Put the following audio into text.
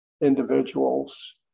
individuals